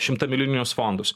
šimtamilijoninius fondus